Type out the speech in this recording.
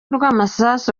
rw’amasasu